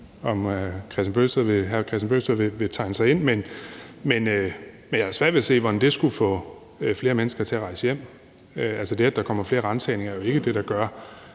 om han vil tegne sig ind, men jeg har svært ved at se, hvordan det skulle få flere mennesker til at rejse hjem. Altså, det, at der kommer flere ransagninger, er jo ikke det, der gør,